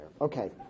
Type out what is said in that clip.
Okay